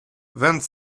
vingt